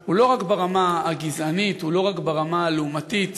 אפשר, הוא רוצה לדבר עוד קצת.